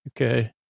okay